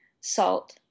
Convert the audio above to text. salt